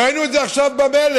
ראינו את זה עכשיו במלט.